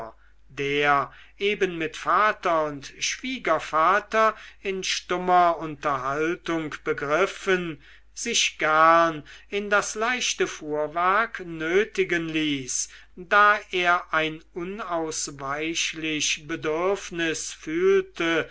der eben mit vater und schwiegervater in stummer unterhaltung begriffen sich gern in das leichte fuhrwerk nötigen ließ da er ein unausweichlich bedürfnis fühlte